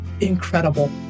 incredible